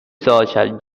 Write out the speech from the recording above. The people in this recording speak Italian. social